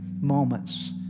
moments